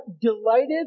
delighted